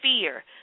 fear